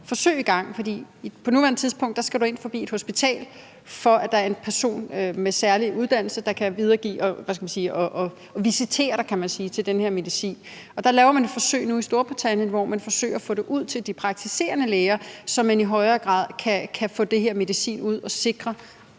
hvor man på nuværende tidspunkt skal ind forbi et hospital, hvor en person med en særlig uddannelse kan visitere dig til den her medicin. I Storbritannien laver man nu et forsøg, hvor man forsøger at få det ud til de praktiserende læger, så man i højere grad kan få den her medicin ud og sikre